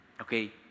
Okay